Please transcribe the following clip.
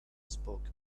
spoke